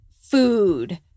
food